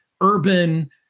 urban